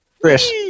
Chris